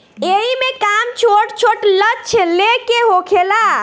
एईमे काम छोट छोट लक्ष्य ले के होखेला